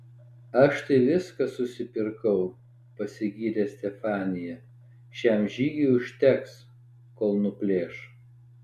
aš tai viską susipirkau pasigyrė stefanija šiam žygiui užteks kol nuplėš